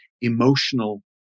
emotional